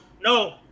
No